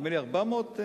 נדמה לי 400,